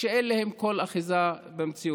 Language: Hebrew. שאין להן כל אחיזה במציאות.